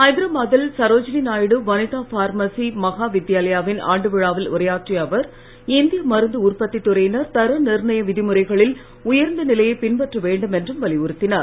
ஹைதராபா தில் சரோஜினி நாயுடு வனிதா பார்மசி மஹாவித்யாலயா வின் ஆண்டு விழாவில் உரையாற்றிய அவர் இந்திய மருந்து உற்பத்தித் துறையினர் தர நிர்ணய விதிமுறைகளில் உயர்ந்த நிலையைப் பின்பற்றவேண்டும் என்றும் வலியுறுத்தினார்